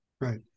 Right